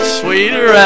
sweeter